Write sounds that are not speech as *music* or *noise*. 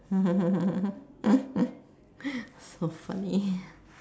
*laughs* so funny